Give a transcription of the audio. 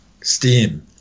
steam